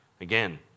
Again